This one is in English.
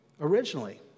originally